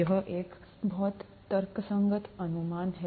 यह है यह एक बहुत तर्कसंगत अनुमान है